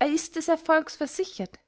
er ist des erfolgs versichert